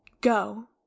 Go